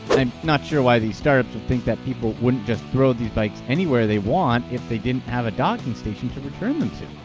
i'm not sure why these startups would think that people wouldn't just throw these bikes anywhere they want if they didn't have a docking station to return them to.